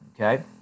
Okay